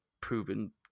proven